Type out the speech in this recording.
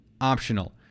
optional